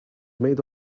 made